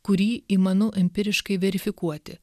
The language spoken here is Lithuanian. kurį įmanu empiriškai verifikuoti